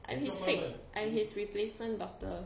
I'm his fake I'm his replacement daughter